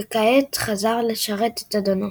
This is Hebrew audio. וכעת חזר לשרת את אדונו.